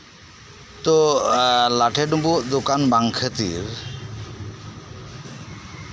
ᱛᱚ ᱞᱟᱴᱷᱮ ᱰᱩᱵᱩᱜ ᱫᱚᱠᱟᱱ ᱵᱟᱝ ᱠᱷᱟᱹᱛᱤᱨ